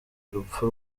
urupfu